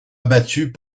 abattus